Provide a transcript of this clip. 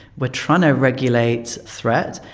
but trying to regulate threat,